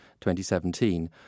2017